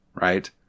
right